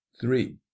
Three